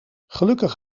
gelukkig